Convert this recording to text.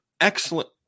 excellent